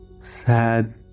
sad